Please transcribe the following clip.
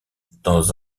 dans